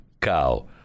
cow